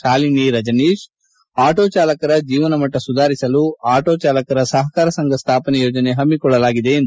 Shalini Rajneesh auto ಚಾಲಕರ ಜೀವನಮಟ್ಟ ಸುಧಾರಿಸಲು ಆಟೋ ಚಾಲಕರ ಸಹಕಾರ ಸಂಘ ಸ್ಥಾಪನೆ ಯೋಜನೆ ಹಮ್ಮಿಕೊಳ್ಳಲಾಗಿದೆ ಎಂದು ತಿಳಿಸಿದರು